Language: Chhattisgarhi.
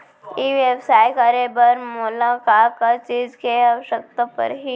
ई व्यवसाय करे बर मोला का का चीज के आवश्यकता परही?